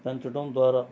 పెంచడం ద్వారా